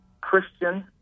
Christian